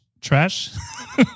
trash